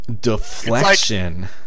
deflection